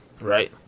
right